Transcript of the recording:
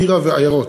טירה ועיירות.